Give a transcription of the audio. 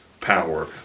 power